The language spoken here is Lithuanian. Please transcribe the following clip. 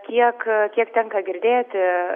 kiek kiek tenka girdėti